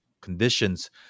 conditions